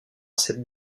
cette